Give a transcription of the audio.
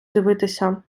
дивитися